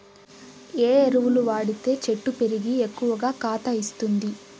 ఏ ఎరువులు వాడితే చెట్టు పెరిగి ఎక్కువగా కాత ఇస్తుంది?